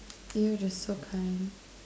you're just so kind